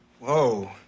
Whoa